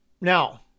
Now